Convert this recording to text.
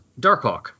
Darkhawk